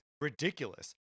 ridiculous